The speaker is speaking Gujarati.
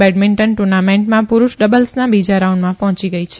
બેડમિન્ટન ટુર્નામેન્ટમાં પુરુષ ડબલ્સના બીજા રાઉન્ડમાં પહોચી ગઇ છે